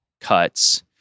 cuts